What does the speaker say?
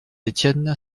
etienne